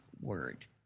word